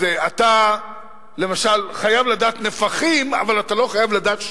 אז אתה למשל חייב לדעת נפחים אבל אתה לא חייב לדעת שטחים.